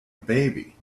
baby